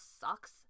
sucks